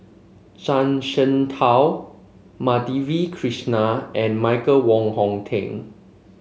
Zhuang Shengtao Madhavi Krishnan and Michael Wong Hong Teng